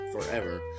forever